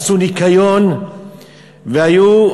עשו ניקיון והיו,